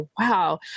wow